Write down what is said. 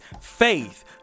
faith